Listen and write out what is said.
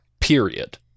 period